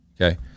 Okay